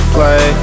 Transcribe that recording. Play